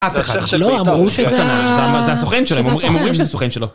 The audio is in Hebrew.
אף אחד לא אמרו שזה הסוכן שלו, הם אומרים שזה הסוכן שלו.